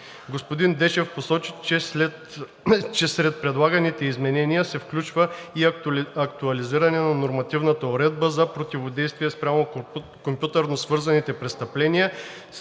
Господин Дечев посочи, че сред предлаганите изменения се включва и актуализиране на нормативната уредба за противодействие спрямо компютърно свързаните престъпления